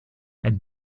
ein